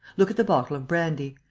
look at the bottle of brandy.